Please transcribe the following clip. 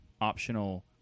optional